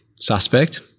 suspect